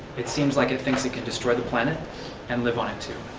it seems like it thinks it can destroy the planet and live on it, too.